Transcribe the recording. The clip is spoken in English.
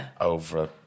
over